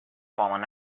fallen